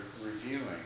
reviewing